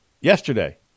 yesterday